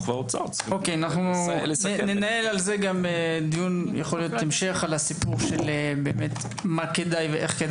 ננהל על זה דיון המשך על מה כדאי ואיך.